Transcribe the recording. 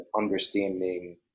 understanding